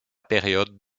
période